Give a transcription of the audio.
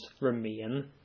remain